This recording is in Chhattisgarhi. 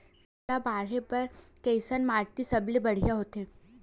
फसल ला बाढ़े बर कैसन माटी सबले बढ़िया होथे?